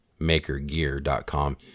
makergear.com